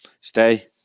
Stay